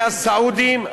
מהסעודים,